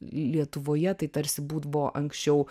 lietuvoje tai tarsi būt bu anksčiau